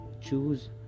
choose